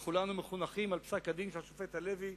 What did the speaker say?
וכולנו מחונכים על פסק-הדין של השופט הלוי,